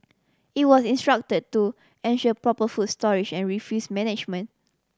it was instructed to ensure proper food storage and refuse management